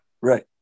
right